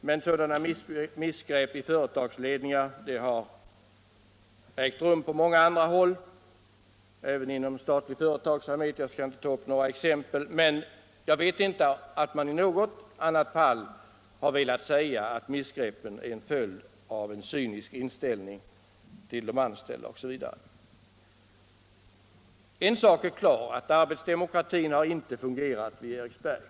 Men sådana missgrepp i företagsledningar har gjorts på många andra håll —- även inom statlig företagsamhet; jag skall där inte ta några exempel —- och jag vet inte att man i något annat fall har sagt att missgreppen är en följd av en cynisk inställning till de anställda osv. En sak är helt klar, nämligen att arbetsdemokratin inte har fungerat vid Eriksbergs varv.